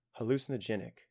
hallucinogenic